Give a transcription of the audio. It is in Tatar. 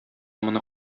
моны